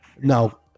No